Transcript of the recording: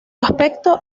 aspecto